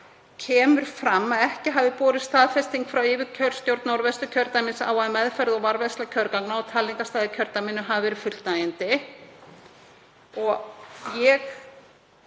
kemur fram að ekki hafi borist staðfesting frá yfirkjörstjórn Norðvesturkjördæmis á að meðferð og varðveisla kjörgagna á talningarstað í kjördæminu hafi verið fullnægjandi. Ég skil